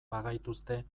bagaituzte